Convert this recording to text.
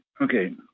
Okay